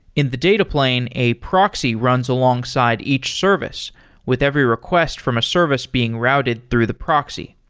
in the data plane, a proxy runs alongside each service with every request from a service being routed through the proxy.